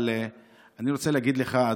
אבל אני רוצה להגיד לך,